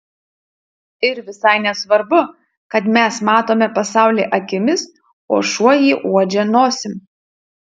ir visai nesvarbu kad mes matome pasaulį akimis o šuo jį uodžia nosim